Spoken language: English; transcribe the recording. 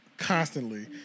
Constantly